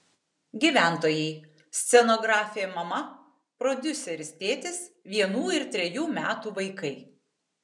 gyventojai scenografė mama prodiuseris tėtis vienų ir trejų metų vaikai